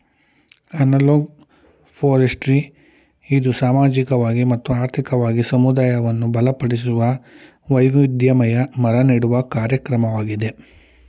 analog forestry ಇದು ಸಾಮಾಜಿಕವಾಗಿ ಮತ್ತು ಆರ್ಥಿಕವಾಗಿ ಸಮುದಾಯವನ್ನು ಬಲಪಡಿಸುವ, ವೈವಿಧ್ಯಮಯ ಮರ ನೆಡುವ ಕಾರ್ಯಕ್ರಮವಾಗಿದೆ